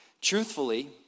Truthfully